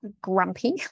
grumpy